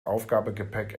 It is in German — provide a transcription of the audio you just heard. aufgabegepäck